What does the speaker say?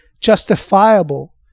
justifiable